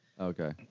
Okay